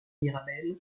mirabel